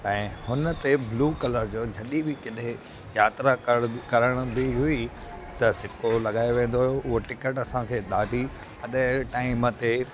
ऐं हुन ते ब्लू कलर जो जॾहिं बि कॾहिं यात्रा करणु हूंदी हुई त सिको लॻाए वेंदो हो उहो टिकट असांखे ॾाढी अॼु जे टाइम ते